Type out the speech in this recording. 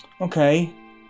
Okay